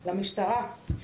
למשטרה.